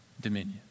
dominion